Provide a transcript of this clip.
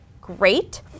great